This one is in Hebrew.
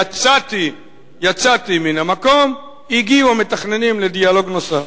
רק יצאתי מן המקום, והגיעו המתכננים לדיאלוג נוסף.